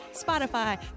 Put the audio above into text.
spotify